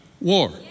war